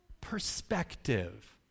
perspective